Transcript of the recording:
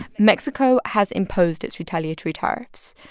mexico has imposed its retaliatory tariffs.